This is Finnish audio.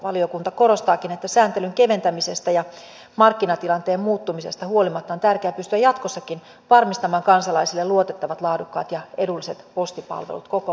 valiokunta korostaakin että sääntelyn keventämisestä ja markkinatilanteen muuttumisesta huolimatta on tärkeää pystyä jatkossakin varmistamaan kansalaisille luotettavat laadukkaat ja edulliset postipalvelut koko maassa